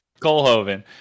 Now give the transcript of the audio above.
Colhoven